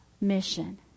mission